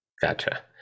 Gotcha